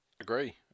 Agree